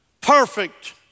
Perfect